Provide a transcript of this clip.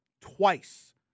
twice